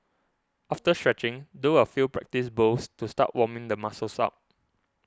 after stretching do a few practice bowls to start warming the muscles up